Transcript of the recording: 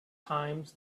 times